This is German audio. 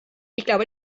glaube